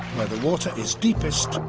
where the water is deepest,